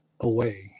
away